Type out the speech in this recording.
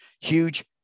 huge